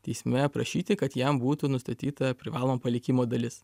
teisme prašyti kad jam būtų nustatyta privaloma palikimo dalis